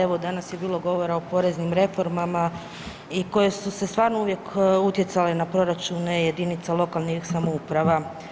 Evo danas je bilo govora o poreznim reformama i koje su stvarno uvijek utjecale na proračun jedinice lokalnih samouprava.